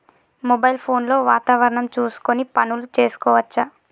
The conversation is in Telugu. మొబైల్ ఫోన్ లో వాతావరణం చూసుకొని పనులు చేసుకోవచ్చా?